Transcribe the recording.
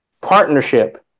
partnership